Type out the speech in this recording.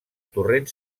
torrent